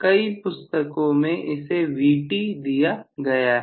कई पुस्तकों में इसे Vt दिया गया है